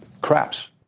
craps